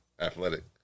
Athletic